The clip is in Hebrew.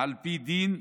על פי דין,